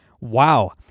Wow